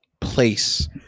place